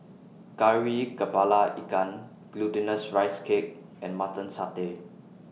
Kari Kepala Ikan Glutinous Rice Cake and Mutton Satay